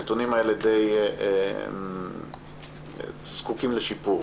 הנתונים האלה די זקוקים לשיפור.